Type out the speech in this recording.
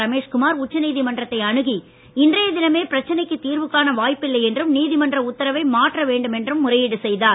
ரமேஷ்குமார் உச்சநீதிமன்றத்தை அணுகி இன்றைய தினமே பிரச்சனைக்கு தீர்வு காண வாய்ப்பில்லை என்றும் நீதிமன்ற உத்தரவை மாற்ற வேண்டும் என்றும் முறையீடு செய்தார்